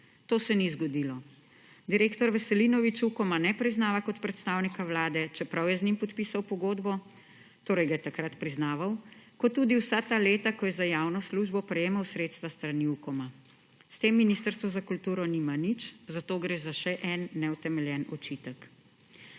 To se ni zgodilo. Direktor Veselinovič Ukoma ne priznava kot predstavnika Vlade, čeprav je z njim podpisal pogodbo, torej ga je takrat priznaval, kot tudi vsa ta leta, ko je za javno službo prejemal sredstva s strani Ukoma. S tem Ministrstvo za kulturo nima nič, zato gre za še en neutemeljen očitek.